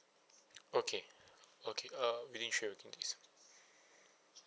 okay okay uh within three working days